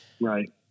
Right